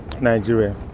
Nigeria